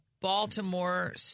baltimore